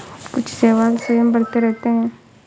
कुछ शैवाल स्वयं बढ़ते रहते हैं